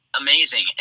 amazing